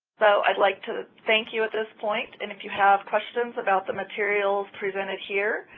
so i'd like to thank you at this point and if you have questions about the materials presented here,